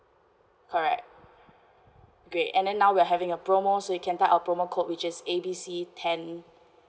correct great and then now we are having a promo so you can type our promo code which is A B C ten